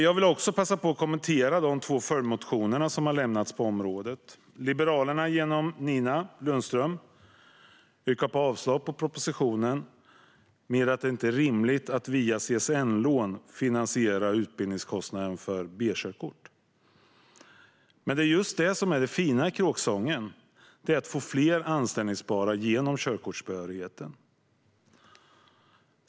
Jag vill också passa på att kommentera de två följdmotioner som har väckts på området. I en motion från Liberalernas Nina Lundström yrkar hon avslag på propositionen. Hon menar att det inte är rimligt att via CSN-lån finansiera utbildningskostnaden för B-körkort. Men det är just det som är det fina i kråksången, det vill säga få fler anställbara med hjälp av körkortsbehörigheten.